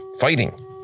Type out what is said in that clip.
fighting